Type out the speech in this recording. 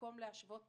במקום להשוות תקציבים,